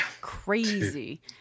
crazy